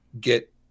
get